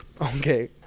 Okay